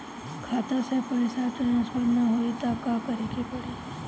खाता से पैसा टॉसफर ना होई त का करे के पड़ी?